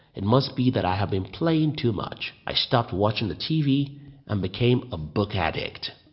it must be that i have been playing too much. i stopped watching the tv um became a book addict.